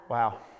Wow